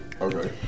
Okay